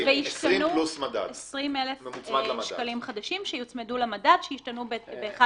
20,000 שקלים חדשים שיוצמדו למדד, שישתלמו ב-1